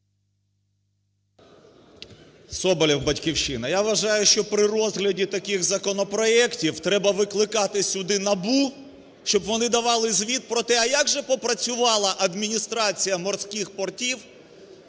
Соболєв, "Батьківщина". Я вважаю, що при розгляді таких законопроектів треба викликати сюди НАБУ, щоб вони давали звіт про те, а як же попрацювала Адміністрація морських портів